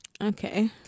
okay